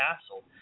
Castle